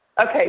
Okay